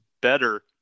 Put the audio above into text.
better